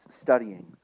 studying